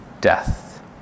death